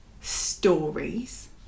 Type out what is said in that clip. stories